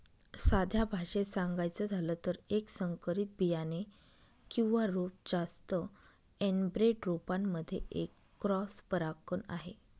साध्या भाषेत सांगायचं झालं तर, एक संकरित बियाणे किंवा रोप जास्त एनब्रेड रोपांमध्ये एक क्रॉस परागकण आहे